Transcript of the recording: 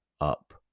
up